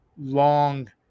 long